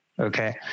Okay